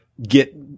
get